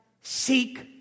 seek